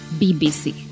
BBC